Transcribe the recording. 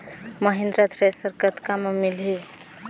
Mahindra thresher कतका म मिलही?